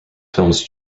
films